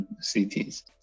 cities